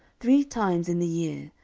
three times in the year,